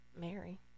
Mary